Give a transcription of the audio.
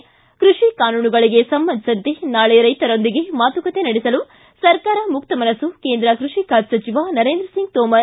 ಿ ಕೃಷಿ ಕಾನೂನುಗಳಿಗೆ ಸಂಬಂಧಿಸಿದಂತೆ ನಾಳೆ ರೈತರೊಂದಿಗೆ ಮಾತುಕತೆ ನಡೆಸಲು ಸರ್ಕಾರ ಮುಕ್ತ ಮನಸ್ಸು ಕೇಂದ್ರ ಕೃಷಿ ಖಾತೆ ಸಚಿವ ನರೇಂದ್ರ ಸಿಂಗ್ ತೋಮರ್